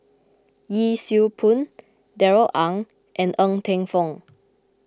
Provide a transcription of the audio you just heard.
Yee Siew Pun Darrell Ang and Ng Teng Fong